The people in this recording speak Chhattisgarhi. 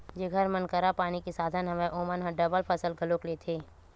जेखर मन करा पानी के साधन हवय ओमन ह डबल फसल घलोक लेथे